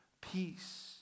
peace